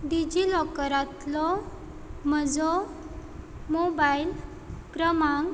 डिजिलॉकरांतलो म्हजो मोबायल क्रमांक